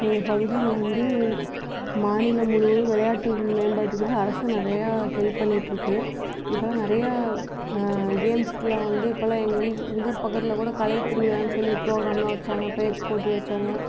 எங்கள் பகுதியில் வந்து மாநிலம் முழுவதும் விளையாட்டு மேம்பாட்டுக்கு வந்து அரசு நிறையா ஹெல்ப் பண்ணிட்டுருக்கு இப்போல்லாம் நிறையா கேம்ஸுக்குலாம் வந்து இப்போல்லாம் எங்கூர் பக்கத்தில் கூட கலைத்திருவிழான்னு சொல்லி ப்ரோகிராம்லாம் வைச்சாங்க பேச்சு போட்டி வைச்சாங்க